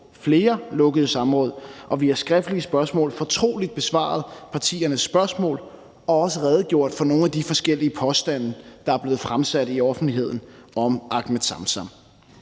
flere lukkede samråd og via skriftlige spørgsmål fortroligt besvaret partiernes spørgsmål og også redegjort for nogle af de forskellige påstande, der er blevet fremsat i offentligheden om Ahmed Samsam.